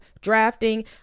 drafting